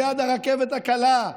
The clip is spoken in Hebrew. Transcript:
ליד הרכבת הקלה,